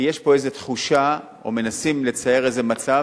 יש פה איזו תחושה או מנסים לצייר איזה מצב